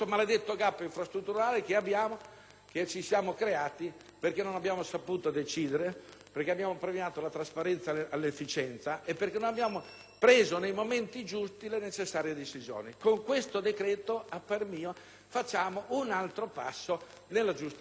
che ci siamo creati perché non abbiamo saputo decidere, perché abbiamo premiato la trasparenza sull'efficienza e perché non abbiamo preso nei momenti giusti le necessarie decisioni. Con il decreto-legge in esame, a parer mio, facciamo un altro passo nella giusta direzione.